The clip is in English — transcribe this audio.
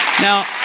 Now